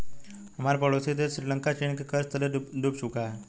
हमारा पड़ोसी देश श्रीलंका चीन के कर्ज तले डूब चुका है